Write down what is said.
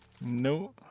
No